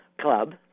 club